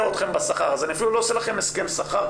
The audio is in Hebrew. אתכם בשכר אז אני אפילו לא עושה לכם הסכם שכר,